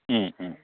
ꯎꯝ ꯎꯝ